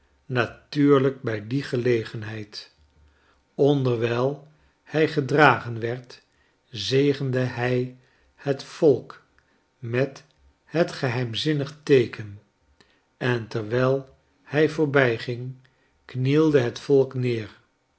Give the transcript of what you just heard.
natuurlijk bij die gelegenheid onderwijl hij gedragen werd zegende hij het volk met het geheimzinnig teeken en terwijl hij voorbijging knielde het volk neer